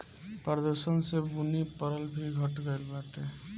प्रदूषण से बुनी परल भी घट गइल बाटे